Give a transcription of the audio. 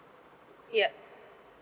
yup